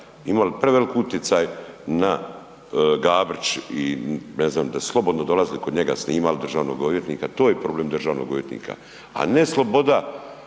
imali prevelik utjecaj na Gabrić i ne znam, da su slobodno dolazili kod njega, snimali državnog odvjetnika, to je problem državnog odvjetnika a ne sloboda